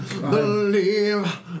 Believe